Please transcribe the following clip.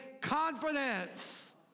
confidence